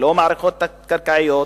ללא מערכות תת-קרקעיות,